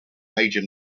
major